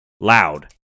loud